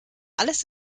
alles